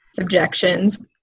subjections